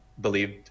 believed